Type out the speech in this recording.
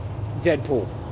Deadpool